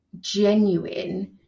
genuine